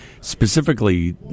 specifically